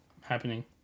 happening